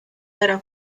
era